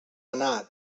anar